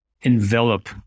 envelop